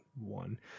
One